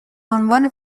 عنوان